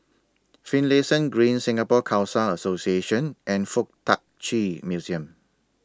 Finlayson Green Singapore Khalsa Association and Fuk Tak Chi Museum